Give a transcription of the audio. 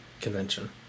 convention